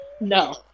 No